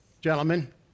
Gentlemen